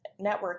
networking